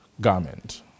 garment